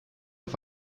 auf